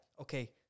okay